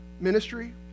ministry